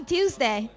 Tuesday